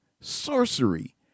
sorcery